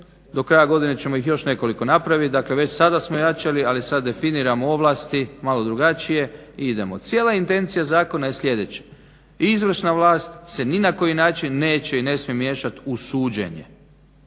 Do kraja godine ćemo ih još nekoliko napraviti. Dakle, već sada smo jačali, ali sad definiramo ovlasti malo drugačije i idemo. Cijela intencija zakona je sljedeća. Izvršna vlast se ni na koji način neće i ne smije miješat u suđenje.